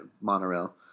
monorail